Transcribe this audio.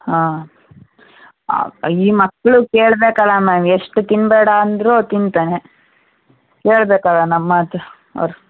ಹಾಂ ಆ ಈ ಮಕ್ಕಳು ಕೇಳಬೇಕಲ್ಲ ಮ್ಯಾಮ್ ಎಷ್ಟು ತಿನ್ಬೇಡ ಅಂದರೂ ತಿನ್ತಾನೆ ಕೇಳ್ಬೇಕಲ್ಲ ನಮ್ಮ ಮಾತು ಅವ್ರು